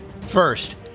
First